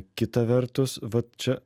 kita vertus vat čia